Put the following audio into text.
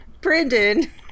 Brendan